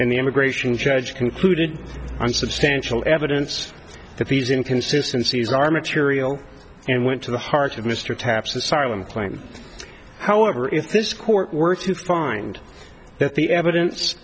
and the immigration judge concluded on substantial evidence the piece inconsistency is our material and went to the heart of mr taps asylum claim however if this court were to find that the evidence